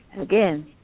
again